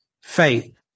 faith